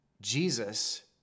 Jesus